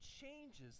changes